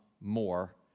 more